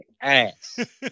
ass